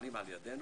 שמופעלים על-ידינו,